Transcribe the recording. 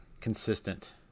consistent